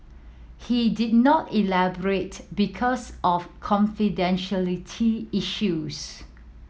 he did not elaborate because of confidentiality issues